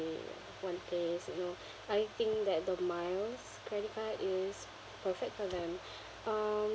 one place you know I think that the miles credit card is perfect for them um